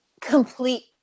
complete